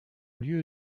lieu